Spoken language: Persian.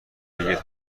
بگید